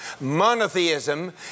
monotheism